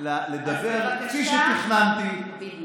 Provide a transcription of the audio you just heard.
לדבר כפי שתכננתי, אז בבקשה, בדיוק.